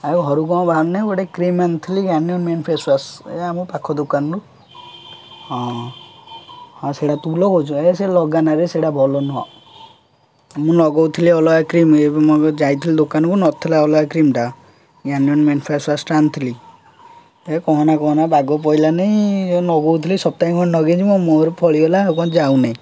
ଆଉ ଘରୁ କ'ଣ ବାହାରୁନି ଗୋଟେ କ୍ରିମ୍ ଆଣିଥିଲି ଗାର୍ନିୟର୍ ମେନ୍ ଫେସ୍ ୱାଶ୍ ଏ ଆମ ପାଖ ଦୋକାନରୁ ହଁ ହଁ ସେଇଟା ତୁ ଲଗଉଛୁ ଏ ସେ ଲଗାନା ବେ ସେଇଟା ଭଲ ନୁହଁ ମୁଁ ଲଗଉଥିଲି ଅଲଗା କ୍ରିମ୍ ଏବେ ମ ଯାଇଥିଲି ଦୋକାନକୁ ନଥିଲା ଅଲଗା କ୍ରିମ୍ଟା ଗାର୍ନିୟର୍ ମେନ୍ ଫେସ୍ ୱାଶ୍ଟା ଆଣିଥିଲି ଏ କହନା କହନା ବାଗ ପଇଲାନି ଲଗଉଥିଲି ସପ୍ତାହ ଖଣ୍ଡ ଲଗାଇଛି ମୋ ମୁହଁରେ ଫଳିଗଲା ଆଉ କ'ଣ ଯାଉ ନାହିଁ